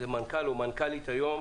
מנכ"ל ומנכ"לית היום,